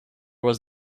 was